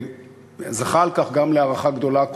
וזכה על כך גם להערכה גדולה,